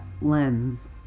lens